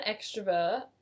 extrovert